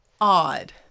odd